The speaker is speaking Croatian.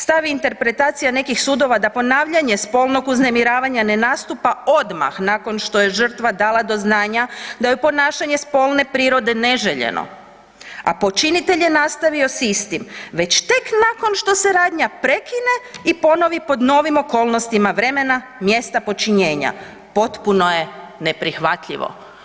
Stav je i interpretacija nekih sudova da ponavljanje spolnog uznemiravanja ne nastupa odmah nakon što je žrtva dala do znanja da joj ponašanje spolne prirode neželjeno, a počinitelj je nastavio s istim već tek nakon što se radnja prekine i ponovi pod novim okolnostima vremena, mjesta počinjenja, potpuno je neprihvatljivo.